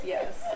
Yes